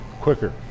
quicker